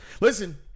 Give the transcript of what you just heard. Listen